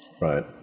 Right